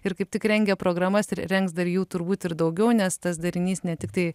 ir kaip tik rengia programas rengs dar jų turbūt ir daugiau nes tas darinys ne tiktai